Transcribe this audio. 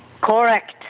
Correct